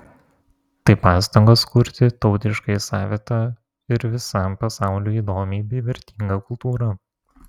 tai pastangos kurti tautiškai savitą ir visam pasauliui įdomią bei vertingą kultūrą